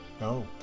No